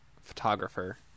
photographer